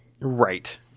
Right